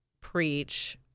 preach